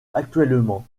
actuellement